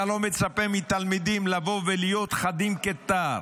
אתה לא מצפה מתלמידים לבוא ולהיות חדים כתער.